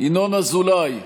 ינון אזולאי,